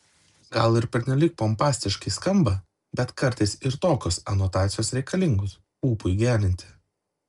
gal ir pernelyg pompastiškai skamba bet kartais ir tokios anotacijos reikalingos ūpui gerinti